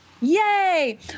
Yay